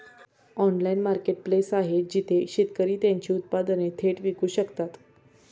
Online marketplace आहे जिथे शेतकरी त्यांची उत्पादने थेट विकू शकतात?